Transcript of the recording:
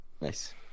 Nice